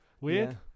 Weird